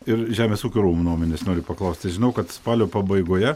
ir žemės ūkio rūmų nuomonės noriu paklausti žinau kad spalio pabaigoje